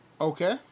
Okay